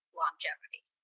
longevity